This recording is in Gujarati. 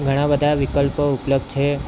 ઘણા બધા વિકલ્પો ઉપલબ્ધ છે